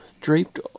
draped